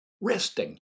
resting